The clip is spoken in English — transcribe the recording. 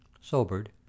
Sobered